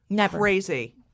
crazy